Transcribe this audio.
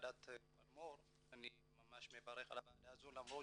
ועדת פלמור, אני ממש מברך על הוועדה הזאת למרות